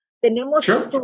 Tenemos